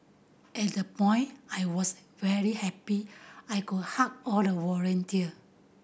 at that point I was very happy I could hug all the volunteer